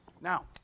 Now